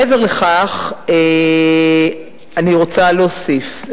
מעבר לכך, אני רוצה להוסיף.